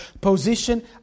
position